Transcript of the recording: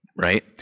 right